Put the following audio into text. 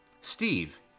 steve